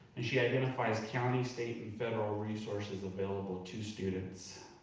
and she identifies county, state and federal resources available to students,